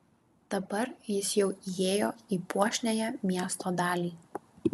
dabar jis jau įėjo į puošniąją miesto dalį